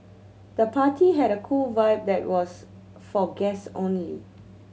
the party had a cool vibe but was for guest only